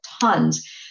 tons